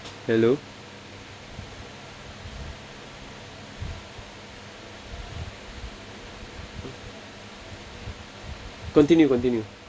hello continue continue